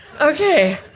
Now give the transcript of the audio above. Okay